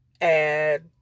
add